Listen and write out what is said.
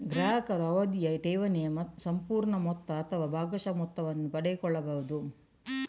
ಗ್ರಾಹಕರು ಅವಧಿಯ ಠೇವಣಿಯ ಸಂಪೂರ್ಣ ಮೊತ್ತ ಅಥವಾ ಭಾಗಶಃ ಮೊತ್ತವನ್ನು ಪಡೆದುಕೊಳ್ಳಬಹುದು